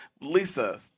Lisa